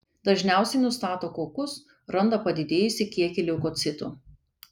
dažniausiai nustato kokus randa padidėjusį kiekį leukocitų